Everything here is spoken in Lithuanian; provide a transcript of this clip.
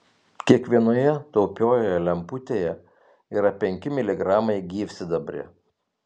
kiekvienoje taupiojoje lemputėje yra penki miligramai gyvsidabrio